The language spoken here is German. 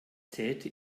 täte